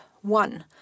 one